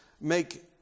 make